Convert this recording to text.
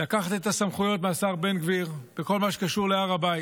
לקחת את הסמכויות מהשר בן גביר בכל מה שקשור להר הבית.